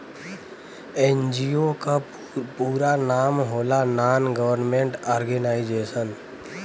NGO क पूरा नाम होला नान गवर्नमेंट और्गेनाइजेशन